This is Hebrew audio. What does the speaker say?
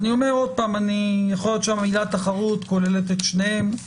אני שוב אומר יכול להיות שהמילה "תחרות" כוללת את שניהם.